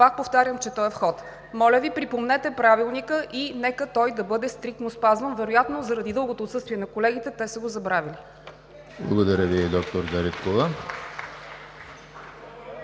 – повтарям, че то е в ход. Моля Ви, припомнете Правилника и нека той да бъде стриктно спазван. Вероятно заради дългото отсъствие на колегите те са го забравили. (Ръкопляскания от